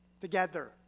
together